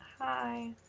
Hi